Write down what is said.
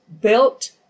built